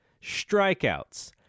strikeouts